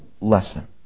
lesson